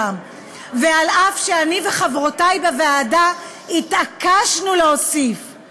אף שאני וחברותי בוועדה התעקשנו להוסיף אותן,